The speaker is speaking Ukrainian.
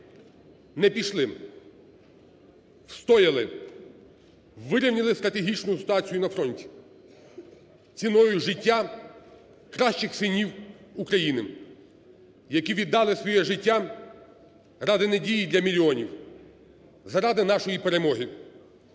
Не пішли. Встояли. Вирівняли стратегічну ситуацію на фронті ціною життя кращих синів України, які віддали своє життя ради надії для мільйонів, заради нашої перемоги.